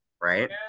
right